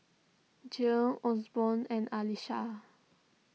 Gil Osborn and Alysha